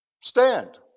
stand